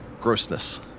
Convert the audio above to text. Grossness